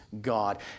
God